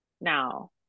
now